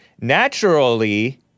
Naturally